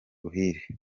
ruhire